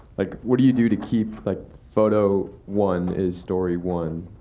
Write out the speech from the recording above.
like what do you do to keep like photo one is story one.